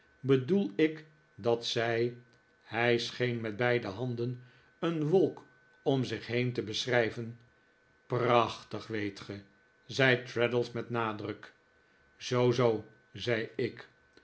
bedoel ik dat zij hij scheen met beide handen een wolk om zich heen te beschrijven prach tig weet ge zei traddles met nadruk zoo zoo zei ik